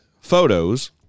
photos